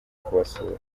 kubasura